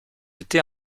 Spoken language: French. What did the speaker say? été